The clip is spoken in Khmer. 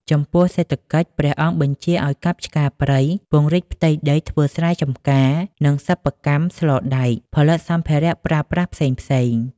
ចំពោះសេដ្ឋកិច្ច ព្រះអង្គបញ្ជាឱ្យកាប់ឆ្ការព្រៃ ពង្រីកផ្ទៃដីធ្វើស្រែ ចំការ និងសិប្បកម្មស្លដែកផលិតសម្ភារៈប្រើប្រាស់ផ្សេងៗ។